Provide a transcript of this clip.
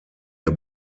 der